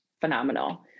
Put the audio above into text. phenomenal